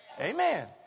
Amen